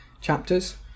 chapters